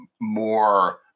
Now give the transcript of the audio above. more